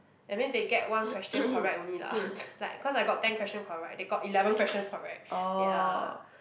that mean they get one question correct only lah like cause I got ten question correct they got eleven questions correct ya